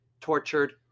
tortured